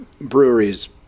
breweries